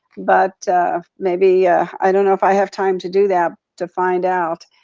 but ah maybe ah i don't know if i have time to do that, to find out,